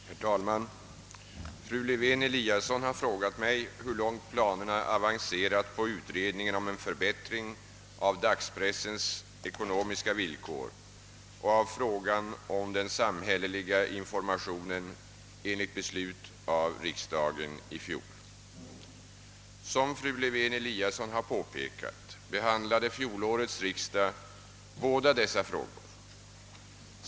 Herr talman! Fru Lewén-Eliasson har frågat mig hur långt planerna avancerat på utredningen om en förbättring av dagspressens ekonomiska villkor och av frågan om den samhälleliga informationen enligt beslut i riksdagen i fjol. Som fru Lewén-Eliasson har påpekat behandlade fjolårets riksdag båda dessa frågor.